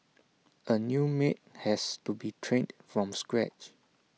A new maid has to be trained from scratch